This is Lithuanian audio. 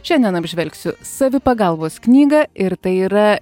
šiandien apžvelgsiu savipagalbos knygą ir tai yra